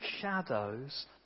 shadows